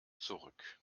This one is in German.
zurück